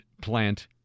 plant